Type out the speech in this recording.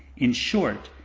in short,